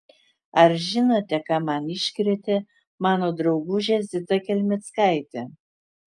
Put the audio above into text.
ar žinote ką man iškrėtė mano draugužė zita kelmickaitė